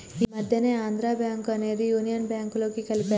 ఈ మధ్యనే ఆంధ్రా బ్యేంకు అనేది యునియన్ బ్యేంకులోకి కలిపారు